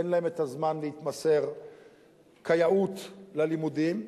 אין להם זמן להתמסר כיאות ללימודים,